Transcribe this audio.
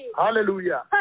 Hallelujah